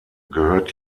gehört